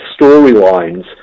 storylines